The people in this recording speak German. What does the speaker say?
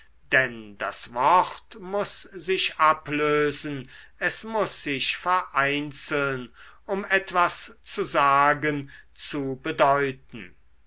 denn das wort muß sich ablösen es muß sich vereinzeln um etwas zu sagen zu bedeuten